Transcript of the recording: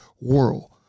world